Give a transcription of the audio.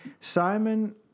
Simon